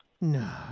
No